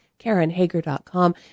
KarenHager.com